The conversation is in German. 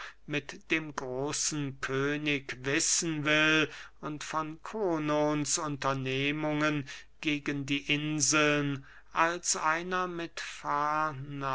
mit dem großen könig wissen will und von konons unternehmungen gegen die inseln als einer